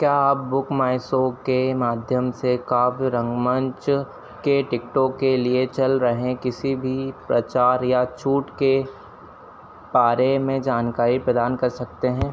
क्या आप book my show के माध्यम से काव्य रंगमंच के टिकटों के लिए चल रहे किसी भी प्रचार या छूट के बारे में जानकारी प्रदान कर सकते हैं